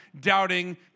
Doubting